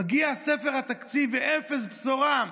מגיע ספר התקציב ואפס בשורה.